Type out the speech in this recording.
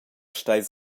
stai